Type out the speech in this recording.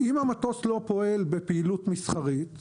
אם המטוס לא פועל בפעילות מסחרית,